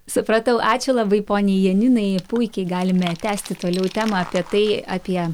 supratau ačiū labai poniai janinai puikiai galime tęsti toliau temą apie tai apie